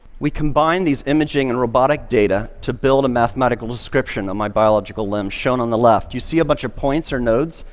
we combine these imaging and robotic data to build a mathematical description of my biological limb, shown on the left. you see a bunch of points, or nodes?